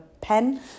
pen